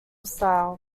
style